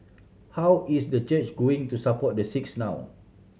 how is the church going to support the six now